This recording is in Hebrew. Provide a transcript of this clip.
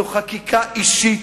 זו חקיקה אישית,